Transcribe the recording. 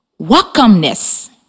Welcomeness